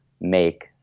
make